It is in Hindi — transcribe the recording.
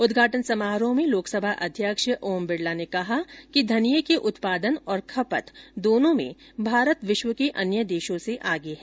उदघाटन समारोह में लोकसभा अध्यक्ष ओम बिरला ने कहा कि धनिये के उत्पादन और खपत दोनों में भारत विश्व के अन्य देशों से आगे है